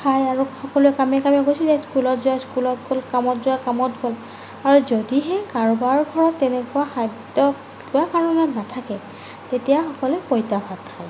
খায় আৰু সকলোৱে কামে কামে গুচি যায় স্কুলত যোৱা স্কুলত গ'ল আৰু কামত যোৱা কামত গ'ল আৰু যদিহে কাৰোবাৰ ঘৰত তেনেকুৱা খাদ্য কিবা কাৰণত নাথাকে তেতিয়া সকলোৱে পঁইতা ভাত খায়